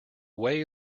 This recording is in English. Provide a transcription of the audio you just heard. way